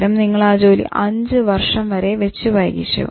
പകരം നിങ്ങൾ ആ ജോലി 5 വർഷം വരെ വെച്ചു വൈകിച്ചു